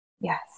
Yes